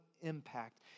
impact